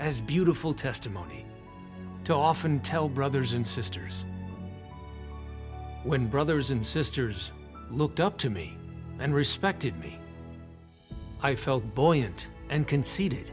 as beautiful testimony to often tell brothers and sisters when brothers and sisters looked up to me and respected me i felt buoyant and conce